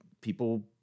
People